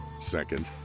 Second